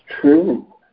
true